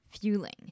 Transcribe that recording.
fueling